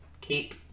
Keep